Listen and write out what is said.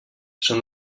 són